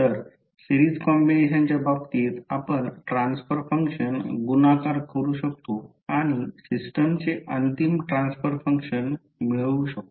तर सिरीज कॉम्बिनेशनच्या बाबतीत आपण ट्रान्सफर फंक्शन्स गुणाकार करू शकतो आणि सिस्टमचे अंतिम ट्रान्सफर फंक्शन मिळवू शकतो